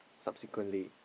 subsequently